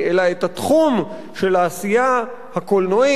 אלא את התחום של העשייה הקולנועית,